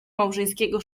małżeńskiego